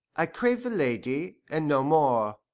i crave the lady, and no more.